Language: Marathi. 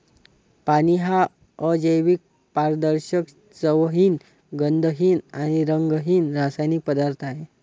पाणी हा अजैविक, पारदर्शक, चवहीन, गंधहीन आणि रंगहीन रासायनिक पदार्थ आहे